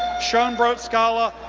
schoenbrodt scholar,